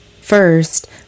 First